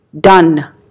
done